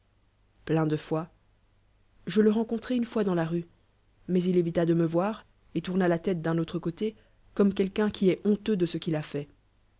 plein de fo je le rencontrai une fois dans la rue mais illfriul de ntç voir et tourna la tkte d'un autre cté comme quelqu'un qui est hou te de ce qu'à fait